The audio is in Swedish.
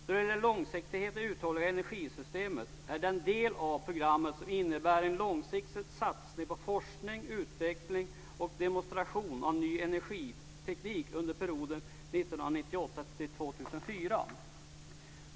Då det gäller långsiktigheten i det uthålliga energisystemet är detta den del av programmet som innebär en långsiktig satsning på forskning, utveckling och demonstration av ny energiteknik under perioden 1998-2004.